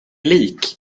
lik